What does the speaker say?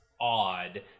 odd